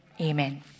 Amen